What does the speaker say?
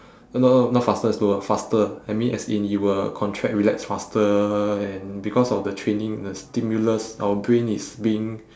uh no no not faster slower faster I mean as in it will contract relax faster and because of the training the stimulus our brain is being